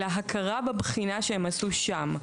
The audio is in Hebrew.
אלא הכרה בבחינה שהם עשו שם.